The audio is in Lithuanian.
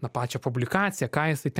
na pačią publikaciją ką jisai te